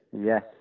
Yes